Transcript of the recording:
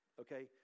okay